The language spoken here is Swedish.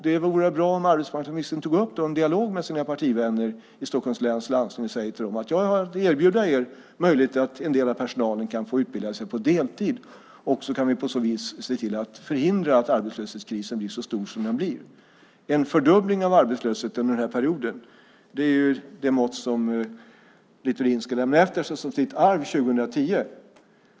Det vore bra om arbetsmarknadsministern kunde ha en dialog med sina partivänner i Stockholms läns landsting och säga till dem: Jag har att erbjuda er att en del av personalen kan få möjlighet att utbilda sig på deltid. På så vis kan vi se till att förhindra att arbetslöshetskrisen blir så stor som den annars skulle bli. En fördubbling av arbetslösheten under den här perioden är det mått som Littorin ska lämna efter sig som sitt arv 2010.